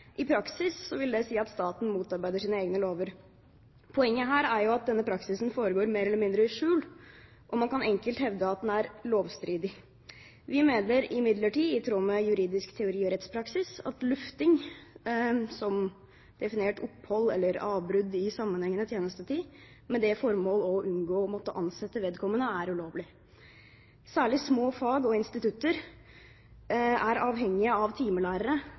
I praksis vil det si at staten motarbeider sine egne lover. Poenget her er at denne praksisen foregår mer eller mindre i skjul, og man kan enkelt hevde at den er lovstridig. Vi mener imidlertid, i tråd med juridisk teori og rettspraksis, at lufting som definert opphold eller avbrudd i sammenhengende tjenestetid med det formål å unngå å måtte ansette vedkommende, er ulovlig. Særlig små fag og institutter er avhengige av timelærere,